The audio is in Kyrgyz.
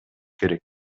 керек